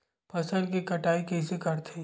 फसल के कटाई कइसे करथे?